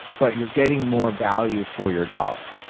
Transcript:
but you're getting more value for your dollar.